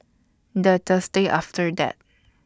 The Thursday after that